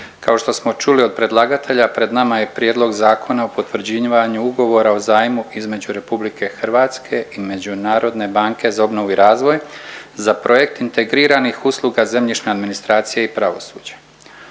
kao što smo čuli od predlagatelja pred nama je Prijedlog zakona o potvrđivanju Ugovora o zajmu između Republike Hrvatske i Međunarodne banke za obnovu i razvoj za projekt integriranih usluga zemljišna administracija i pravosuđe,